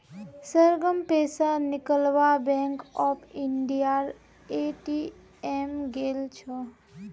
सरगम पैसा निकलवा बैंक ऑफ इंडियार ए.टी.एम गेल छ